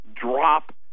drop